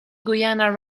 guiana